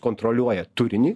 kontroliuoja turinį